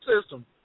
system